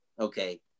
Okay